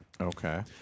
Okay